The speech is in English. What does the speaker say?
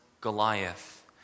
Goliath